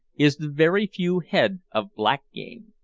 is the very few head of black-game.